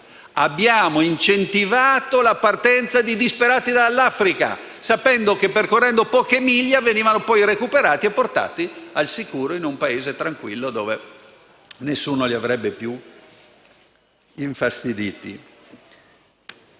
Abbiamo incentivato la partenza di disperati dall'Africa sapendo che, percorrendo poche miglia, questi sarebbero stati poi recuperati e portati al sicuro in un Paese tranquillo dove nessuno li avrebbe più infastiditi.